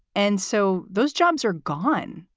and so those jobs are gone.